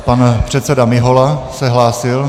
Pan předseda Mihola se hlásil.